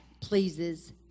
pleases